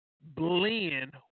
blend